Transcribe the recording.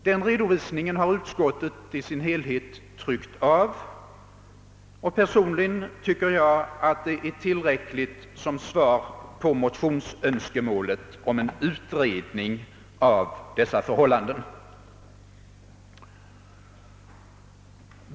Den redovisningen har utskottet tryckt av i dess helhet, och personligen tycker jag att det är tillräckligt som svar på motionsönskemålet om en utredning av dessa möjligheter.